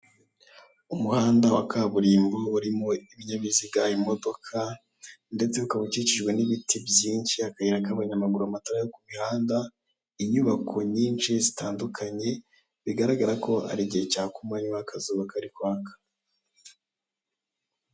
Umuhanda wa kaburimbo urimo ibinyabiziga, imodoka ndetse ukaba ukikijwe n'ibiti byinshi, akayira k'abanyamaguru, amatara yo ku mihanda, inyubako nyinshi zitandukanye. Bigaragara ko ari igihe cya ku manywa, akazuba kari kwaka.